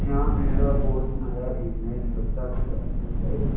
کیا میرا کوئی نیا ای میل امرتا کی طرف سے ہے